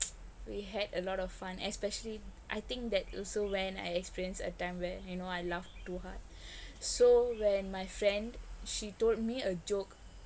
we had a lot of fun especially I think that also when I experienced a time where you know I laughed too hard so when my friend she told me a joke